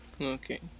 Okay